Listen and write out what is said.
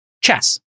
chess